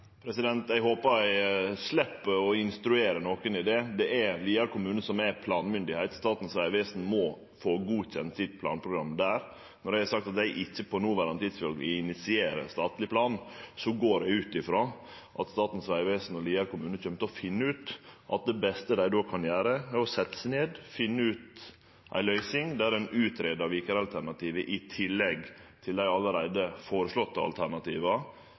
Eg håpar eg slepp å instruere nokon i det. Det er Lier kommune som er planmyndigheit. Statens vegvesen må få godkjent sitt planprogram der. Når eg har sagt at eg ikkje på det noverande tidspunkt vil initiere statleg plan, går eg ut frå at Statens vegvesen og Lier kommune kjem til å finne ut at det beste dei kan gjere, er å setje seg ned, finne ei løysing der ein greier ut Viker-alternativet i tillegg til dei allereie føreslåtte alternativa